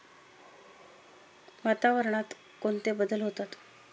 वातावरणात कोणते बदल होतात?